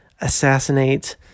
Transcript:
assassinate